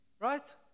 Right